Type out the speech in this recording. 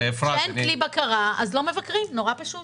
כשאין כלי בקרה אז לא מבקרים, נורא פשוט.